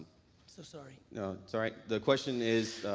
so sorry. no, it's all right. the question is